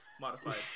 Modified